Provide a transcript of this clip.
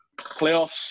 playoffs